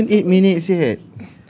it's not even eight minutes yet